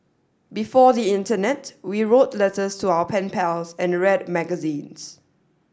before the internet we wrote letters to our pen pals and read magazines